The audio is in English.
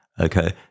okay